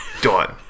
done